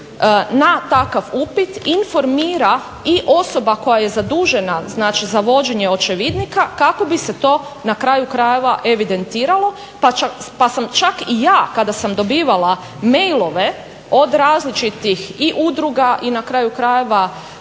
na takav upit informira i osoba koja je zadužena znači za vođenje očevidnika kako bi se to na kraju krajeva evidentiralo pa sam čak i ja kada sam dobivala mailove od različitih i udruga i na kraju krajeva